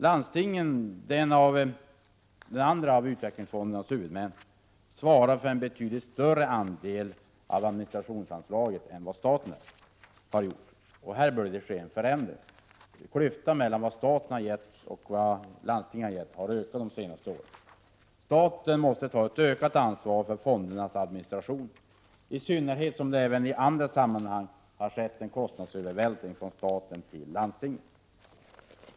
Landstingen, som är utvecklingsfondernas andra huvudmän, svarar för en betydligt större andel av administrationsanslaget än vad staten gör. Här bör det ske en förändring. Klyftan mellan vad staten har gett och vad landstingen har gett har ökat de senaste åren. Staten måste ta ett ökat ansvar för fondernas administration, i synnerhet som det även i andra sammanhang har skett en kostnadsövervältring från staten till landstingen.